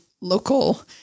local